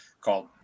called